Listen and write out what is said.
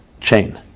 chain